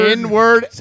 Inward